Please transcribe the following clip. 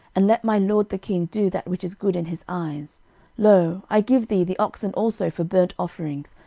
and let my lord the king do that which is good in his eyes lo, i give thee the oxen also for burnt offerings,